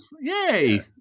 Yay